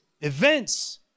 events